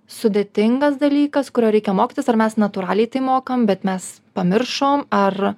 sudėtingas dalykas kurio reikia mokytis ar mes natūraliai tai mokam bet mes pamiršom ar